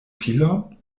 filon